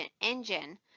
engine